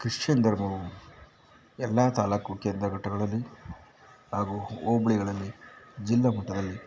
Christian ಧರ್ಮವು ಎಲ್ಲ ತಾಲೂಕು ಕೇಂದ್ರ ಘಟ್ಟಗಳಲ್ಲಿ ಹಾಗು ಹೋಬ್ಳಿಗಳಲ್ಲಿ ಜಿಲ್ಲಾ ಮಟ್ಟದಲ್ಲಿ